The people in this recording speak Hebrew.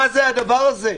מה זה הדבר הזה?